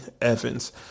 Evans